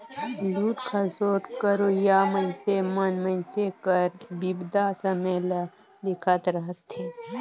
लूट खसोट करोइया मइनसे मन मइनसे कर बिपदा समें ल देखत रहथें